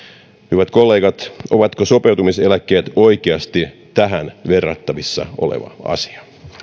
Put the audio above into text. hyvät kollegat ovatko sopeutumiseläkkeet oikeasti tähän verrattavissa oleva asia